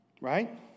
right